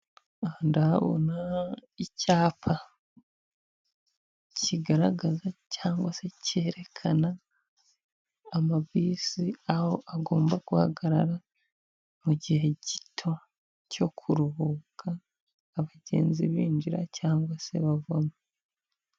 Aha ndahabona icyapa kigaragaza cyangwa se cyerekana amabisi aho agomba guhagarara mu gihe gito cyo kuruhuka abagenzi binjira cyangwa se bavoma.